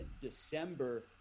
December